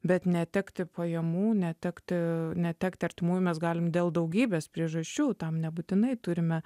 bet netekti pajamų netekti netekti artimųjų mes galim dėl daugybės priežasčių tam nebūtinai turime